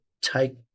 take